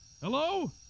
Hello